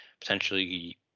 potentially